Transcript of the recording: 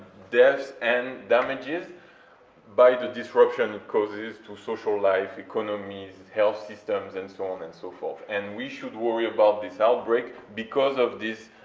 death and damages by the disruption it causes to social life, economies, health systems, and so on and so forth, and we should worry about this outbreak because of this